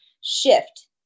shift